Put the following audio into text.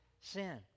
sin